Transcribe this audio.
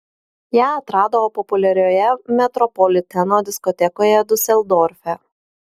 ją atrado populiarioje metropoliteno diskotekoje diuseldorfe